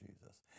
Jesus